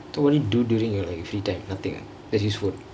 so what do you do duringk your free time nothingk ah like just work